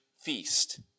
feast